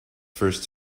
first